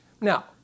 Now